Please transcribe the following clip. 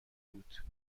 بود